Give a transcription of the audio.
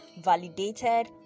validated